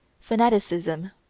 fanaticism